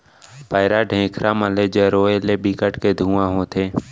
पैरा, ढेखरा मन ल जरोए ले बिकट के धुंआ होथे